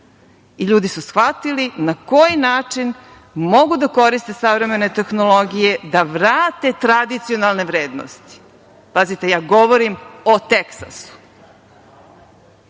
Ljudi su shvatili na koji način mogu da koriste savremene tehnologije da vrate tradicionalne vrednosti. Pazite, ja govorim o Teksasu. Dakle,